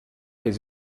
his